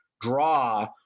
draw